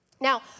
Now